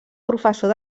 professor